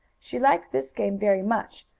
she liked this game very much,